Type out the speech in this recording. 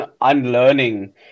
unlearning